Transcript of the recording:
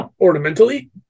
ornamentally